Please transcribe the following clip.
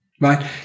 Right